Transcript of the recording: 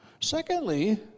Secondly